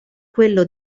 quello